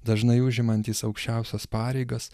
dažnai užimantys aukščiausias pareigas